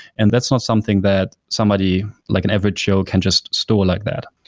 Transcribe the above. and that's not something that somebody like an average joe can just store like that.